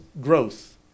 growth